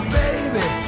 baby